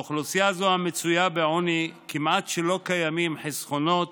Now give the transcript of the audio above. לאוכלוסייה זו המצויה בעוני כמעט שלא קיימים חסכונות